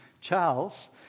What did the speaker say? Charles